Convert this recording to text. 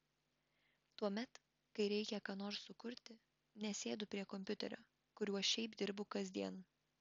tuomet kai reikia ką nors sukurti nesėdu prie kompiuterio kuriuo šiaip dirbu kasdien